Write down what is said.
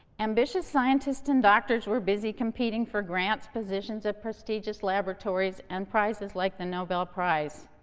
ambitious scientists and doctors were busy competing for grants, positions at prestigious laboratories, and prizes like the nobel prize.